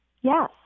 Yes